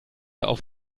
auf